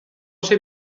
ser